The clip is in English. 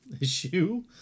issue